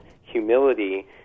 humility